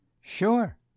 Sure